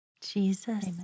Jesus